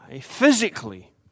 physically